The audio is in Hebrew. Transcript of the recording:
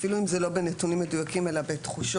אפילו אם זה לא בנתונים מדויקים אלא בתחושות,